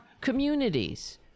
communities